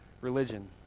religion